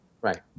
Right